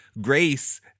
grace